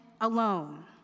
alone